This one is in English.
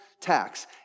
tax